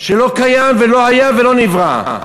שלא קיים ולא היה ולא נברא.